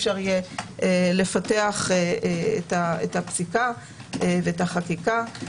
אפשר יהיה לפתח את הפסיקה ואת החקיקה.